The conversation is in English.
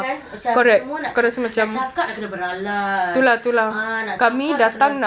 kan pasal semua kena nak cakap kena beralas ah nak cakap nak kena